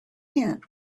tent